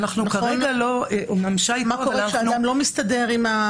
מה קורה כשאדם לא מסתדר עם זה?